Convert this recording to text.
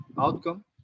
outcome